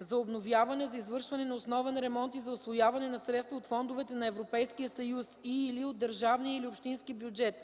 за обновяване, за извършване на основен ремонт и за усвояване на средства от фондовете на Европейския съюз и/или от държавния или общинския бюджет,